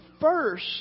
first